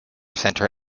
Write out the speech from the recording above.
center